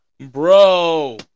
Bro